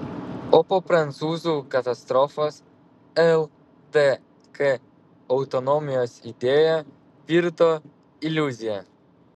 o po prancūzų katastrofos ldk autonomijos idėja virto iliuzija